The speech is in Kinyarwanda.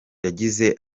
yagize